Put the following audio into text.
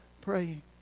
praying